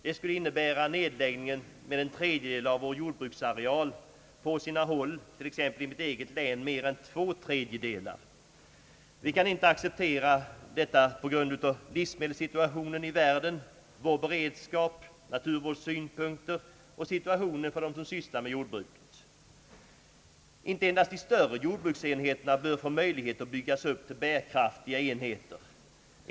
Det skulle innebära nedläggning av en tredjedel av vår jordbruksareal — på sina håll mer än två tredjedelar. Vi kan inte acceptera detta på grund av livsmedelssituationen i världen, vår beredskap, naturvårdssynpunkterna och situationen för dem som sysslar med jordbruk. Inte endast de större jordbruksenheterna bör få möjlighet att byggas upp till bärkraftiga enheter.